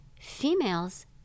Females